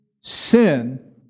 sin